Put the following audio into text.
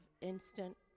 instant